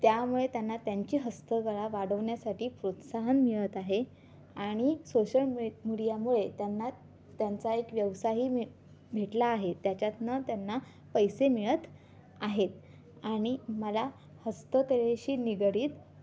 त्यामुळे त्यांना त्यांची हस्तकला वाढवण्यासाठी प्रोत्साहन मिळत आहे आणि सोशल मि मीडियामुळे त्यांना त्यांचा एक व्यवसाही मि भेटला आहे त्याच्यातनं त्यांना पैसे मिळत आहेत आणि मला हस्तकलेशी निगडित